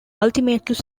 ultimately